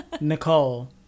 nicole